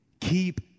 Keep